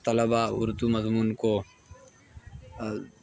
طلبا اردو مضمون کو